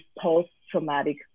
post-traumatic